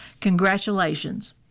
Congratulations